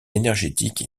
énergétiques